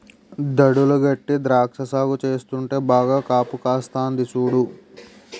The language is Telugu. దడులు గట్టీ ద్రాక్ష సాగు చేస్తుంటే బాగా కాపుకాస్తంది సూడు